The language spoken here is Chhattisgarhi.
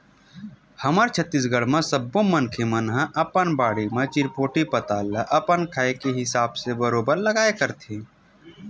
हमर छत्तीसगढ़ म सब्बो मनखे मन ह अपन बाड़ी म चिरपोटी पताल ल अपन खाए के हिसाब ले बरोबर लगाबे करथे